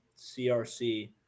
CRC